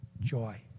joy